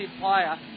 player